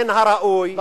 מן הראוי,